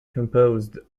composed